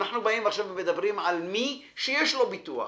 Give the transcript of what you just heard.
אנחנו מדברים עכשיו על מי שיש לו ביטוח.